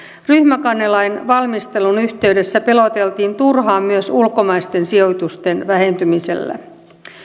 ryhmäkannelain valmistelun yhteydessä peloteltiin turhaan myös ulkomaisten sijoitusten vähentymisellä